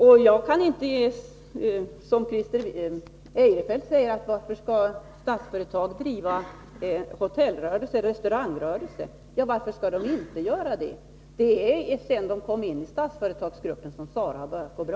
Christer Eirefelt frågar varför Statsföretagsgruppen skall driva restaurangrörelse. Varför skall den inte göra det? Det är först sedan SARA kom in i Statsföretagsgruppen som företaget börjat gå bra.